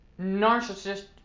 Narcissist